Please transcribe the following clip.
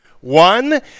One